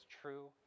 true